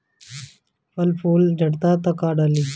फल फूल झड़ता का डाली?